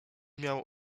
miał